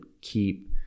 keep